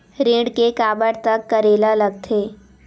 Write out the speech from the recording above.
ऋण के काबर तक करेला लगथे?